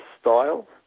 style